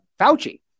Fauci